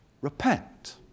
repent